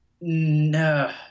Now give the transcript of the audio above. No